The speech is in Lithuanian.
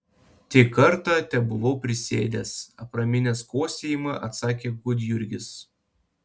tik kartą tebuvau prisėdęs apraminęs kosėjimą atsakė gudjurgis